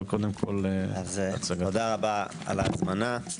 תודה רבה על ההזמנה.